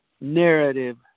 narrative